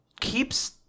keeps